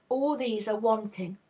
all these are wanting.